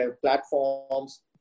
platforms